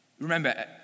remember